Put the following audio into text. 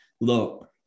Look